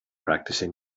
practicing